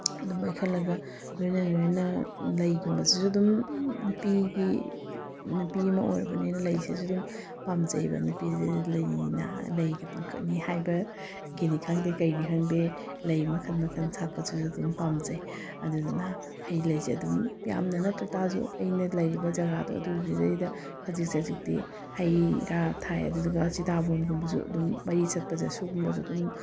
ꯑꯗꯨꯝꯕꯩ ꯈꯜꯂꯒ ꯂꯣꯏꯅ ꯂꯣꯏꯅꯅ ꯂꯩꯒꯨꯝꯕꯁꯤꯁꯨ ꯑꯗꯨꯝ ꯅꯨꯄꯤꯒꯤ ꯅꯨꯄꯤ ꯑꯃ ꯑꯣꯏꯔꯨꯕꯅꯤꯅ ꯂꯩꯁꯤꯁꯨ ꯑꯗꯨꯝ ꯄꯥꯝꯖꯩꯔꯑꯕ ꯅꯨꯄꯤꯗꯗꯤ ꯂꯩꯅ ꯂꯩꯒꯤ ꯄꯥꯡꯈꯛꯅꯤ ꯍꯥꯏꯕꯒꯤꯅꯤ ꯈꯪꯗꯦ ꯀꯩꯅꯤ ꯈꯪꯗꯦ ꯂꯩ ꯃꯈꯟ ꯃꯈꯟ ꯁꯥꯠꯄꯁꯤꯁꯨ ꯑꯗꯨꯝ ꯄꯥꯝꯖꯩ ꯑꯗꯨꯗꯨꯅ ꯍꯩ ꯂꯩꯁꯦ ꯑꯗꯨꯝ ꯌꯥꯝꯅ ꯅꯠꯇ ꯇꯥꯔꯁꯨ ꯑꯩꯅ ꯂꯩꯔꯤꯕ ꯖꯒꯥꯗꯣ ꯑꯗꯨꯗꯨꯗꯩꯗ ꯈꯖꯤꯛ ꯈꯖꯤꯛ ꯍꯧꯖꯤꯛꯇꯤ ꯍꯩꯔꯥ ꯊꯥꯏ ꯑꯗꯨꯗꯨꯒ ꯁꯤꯇꯥꯕꯣꯟꯒꯨꯝꯕꯁꯨ ꯑꯗꯨꯝ ꯃꯔꯤ ꯆꯠꯄꯁꯦ ꯁꯨꯒꯨꯝꯕꯁꯨ ꯑꯗꯨꯝ